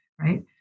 right